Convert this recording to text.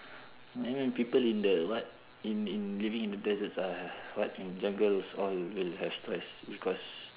then when people in the what in in living in the deserts ah what in jungles all will have stress because